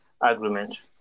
agreement